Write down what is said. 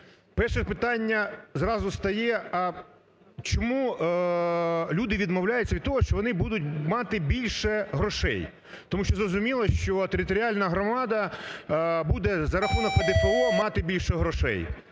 Перше питання зразу стає, а чому люди відмовляються від того, що вони будуть мати більше грошей? Тому що, зрозуміло, що територіальна громада буде за рахунок ПДФО мати більше грошей.